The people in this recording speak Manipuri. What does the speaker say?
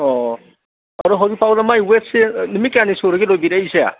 ꯑꯣ ꯑꯗꯣ ꯍꯧꯖꯤꯛ ꯐꯥꯎꯗ ꯃꯥꯏ ꯋꯦꯠꯁꯦ ꯅꯨꯃꯤꯠ ꯀꯌꯥꯅꯤ ꯁꯨꯔꯒꯦ ꯂꯣꯏꯕꯤꯔꯛꯏꯁꯦ